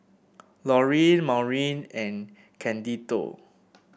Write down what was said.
Laurine Maurine and Candido